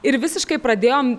ir visiškai pradėjom